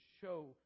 show